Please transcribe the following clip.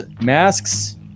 Masks